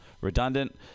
redundant